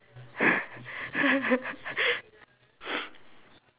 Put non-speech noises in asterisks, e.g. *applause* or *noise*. *laughs*